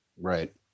Right